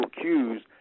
cues